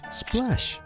splash